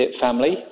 family